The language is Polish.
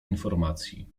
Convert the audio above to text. informacji